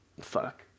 fuck